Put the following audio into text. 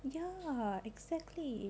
ya exactly